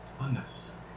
Unnecessary